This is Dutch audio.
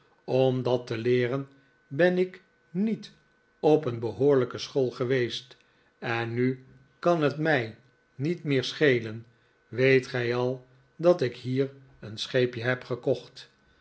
om dat te leeren ben ik niet op een behoorlijke school geweest en nu kan het mij niet meer schelen weet gij al dat ik hier een scheepje heb gekocht